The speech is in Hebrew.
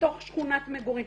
בתוך שכונת מגורים.